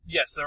Yes